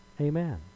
amen